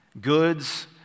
goods